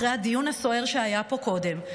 אחרי הדיון הסוער שהיה פה קודם,